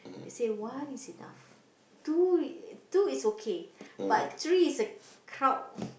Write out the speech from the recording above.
say one is enough two two is okay but three is a crowd